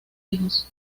hijos